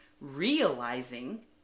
realizing